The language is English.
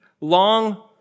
long